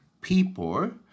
people